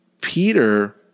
Peter